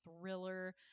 thriller